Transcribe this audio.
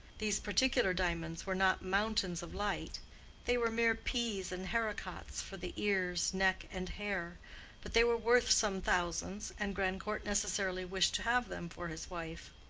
these particular diamonds were not mountains of light they were mere peas and haricots for the ears, neck and hair but they were worth some thousands, and grandcourt necessarily wished to have them for his wife.